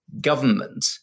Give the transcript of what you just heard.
government